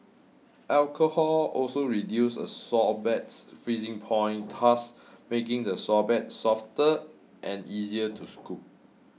alcohol also reduces a sorbet's freezing point thus making the sorbet softer and easier to scoop